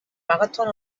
marathon